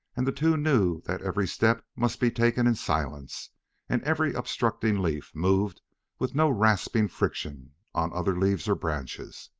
and the two knew that every step must be taken in silence and every obstructing leaf moved with no rasping friction on other leaves or branches.